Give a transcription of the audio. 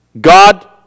God